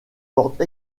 porte